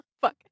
Fuck